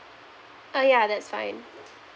oh yeah that's fine